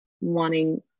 wanting